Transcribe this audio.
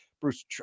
bruce